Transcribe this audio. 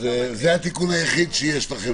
זה התיקון היחיד שיש לכם.